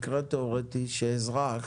אזרח